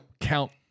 count